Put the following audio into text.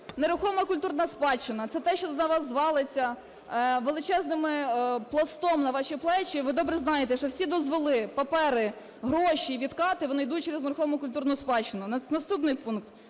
Нерухома культурна спадщина. Це те, що на вас звалиться, величезним пластом на ваші плечі. І ви добре знаєте, що всі дозволи, папери, гроші і відкати, вони йдуть через нерухому культурну спадщину. Наступний пункт.